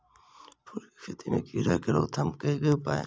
फूल केँ खेती मे कीड़ा रोकथाम केँ की उपाय छै?